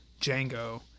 Django